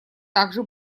также